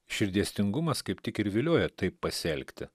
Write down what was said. širdies tingumas kaip tik ir vilioja taip pasielgti